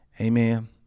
Amen